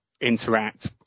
interact